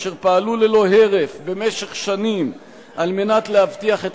אשר פעלו ללא הרף במשך שנים על מנת להבטיח את